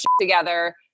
together